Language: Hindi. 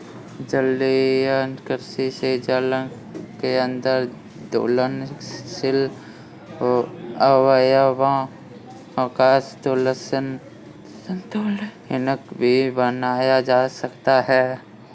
जलीय कृषि से जल के अंदर घुलनशील अवयवों का संतुलन भी बनाया जा सकता है